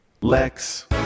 Lex